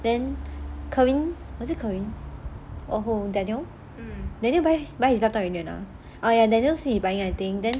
then kevin or who is it daniel daniel buy his laptop already or not oh ya daniel say buying and then